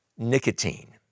nicotine